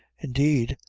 indeed,